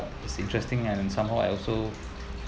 it is interesting and somehow I also